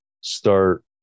start